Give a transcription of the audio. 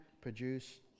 produce